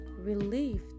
relieved